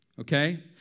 Okay